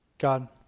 God